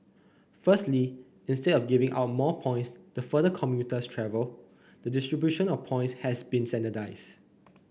firstly instead of giving out more points the further commuters travel the distribution of points has been standardized